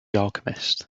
alchemist